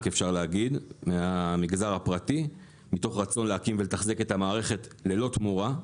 אפשר להגיד מהמגזר הפרטי מתוך רצון להקים ולתחזק את המערכת ללא תמורה.